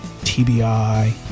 TBI